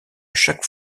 chaque